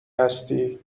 هستی